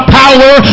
power